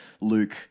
Luke